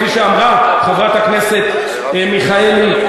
כפי שאמרה חברת הכנסת מיכאלי,